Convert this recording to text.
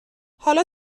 حالا